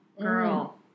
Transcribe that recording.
girl